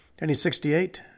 1968